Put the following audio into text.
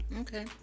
okay